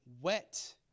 wet